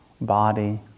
body